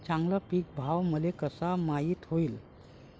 चांगला पीक भाव मले कसा माइत होईन?